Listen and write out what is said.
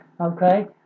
okay